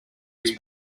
its